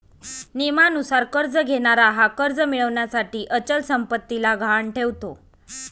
नियमानुसार कर्ज घेणारा हा कर्ज मिळविण्यासाठी अचल संपत्तीला गहाण ठेवतो